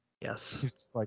yes